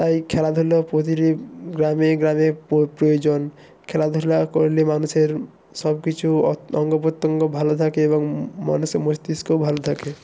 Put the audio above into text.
তাই খেলাধুলো প্রতিটি গ্রামে গ্রামে প্রয়োজন খেলাধুলা করলে মানুষের সব কিছু অঙ্গ প্রত্যঙ্গ ভালো থাকে এবং মানুষ মস্তিষ্কও ভালো থাকে